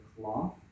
cloth